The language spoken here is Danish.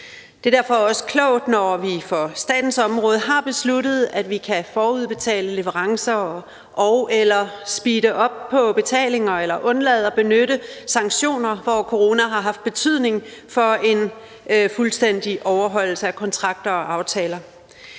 Det er derfor også klogt, når vi på statens område har besluttet, at vi kan forudbetale for leverancer og/eller speede op for betalinger og undlade at benytte sanktioner, hvor corona har haft betydning for en ufuldstændig overholdelse af kontrakter og aftaler.